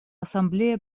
ассамблея